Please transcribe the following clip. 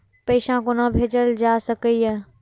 पैसा कोना भैजल जाय सके ये